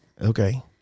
Okay